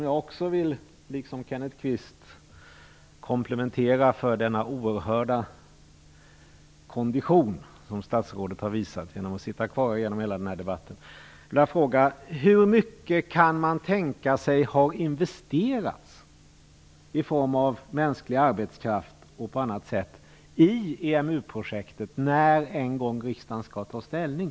Jag vill, liksom Kenneth Kvist komplimentera statsrådet von Sydow för den oerhörda kondition som han visat genom att sitta kvar här under hela debatten. Jag skulle vilja fråga statsrådet von Sydow hur mycket man kan man tänkas ha investerat i form av mänsklig arbetskraft och annat i EMU-projektet när riksdagen en gång skall ta ställning.